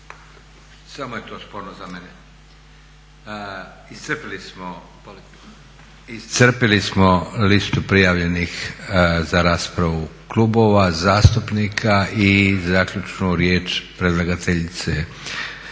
Samo je to sporno za mene. Iscrpili smo listu prijavljenih za raspravu klubova zastupnika i zaključnu riječ predlagateljice.